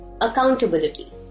Accountability